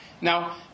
Now